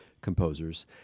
composers